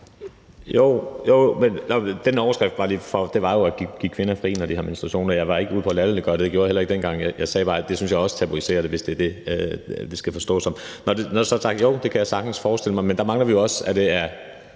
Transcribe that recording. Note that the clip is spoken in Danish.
til den overskrift: Det var jo at give kvinder fri, når de har menstruation. Jeg var ikke ude på at latterliggøre det, og det gjorde jeg heller ikke dengang. Jeg sagde bare, at det synes jeg også tabuiserer det, hvis det skal forstås sådan. Når det så er sagt: Jo, det kan jeg sagtens forestille mig. Men der mangler vi jo også at høre,